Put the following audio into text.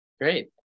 Great